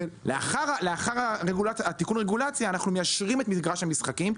לאחר תיקון הרגולציה אנחנו מיישרים את מגרש המשחקים.